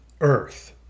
earth